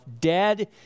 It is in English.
dead